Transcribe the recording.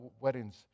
weddings